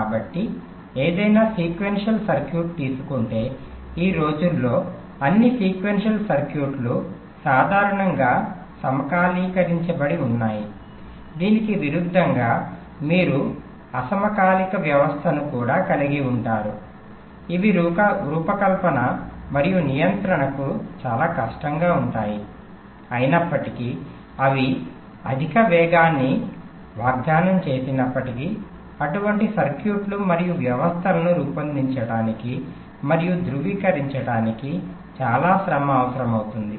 కాబట్టి ఏదైనా sequential circuit తీసుకుంటే ఈ రోజుల్లో అన్ని సీక్వెన్షియల్ సర్క్యూట్లు సాధారణంగా సమకాలీకరించబడి ఉన్నాయి దీనికి విరుద్ధంగా మీరు అసమకాలిక వ్యవస్థను కూడా కలిగి ఉంటారు ఇవి రూపకల్పన మరియు నియంత్రణకు చాలా కష్టంగా ఉంటాయి అయినప్పటికీ అవి అధిక వేగాన్ని వాగ్దానం చేసినప్పటికీ అటువంటి సర్క్యూట్లు మరియు వ్యవస్థలను రూపొందించడానికి మరియు ధృవీకరించడానికి చాలా శ్రమ అవసరమవుతుంది